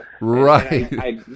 Right